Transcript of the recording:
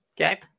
Okay